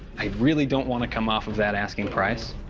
i really don't want to come off of that asking price.